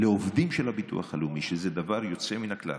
לעובדים של הביטוח הלאומי, שזה דבר יוצא מן הכלל.